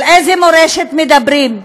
על איזו מורשת מדברים?